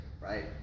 right